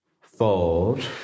Fold